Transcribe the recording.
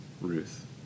Ruth